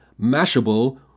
Mashable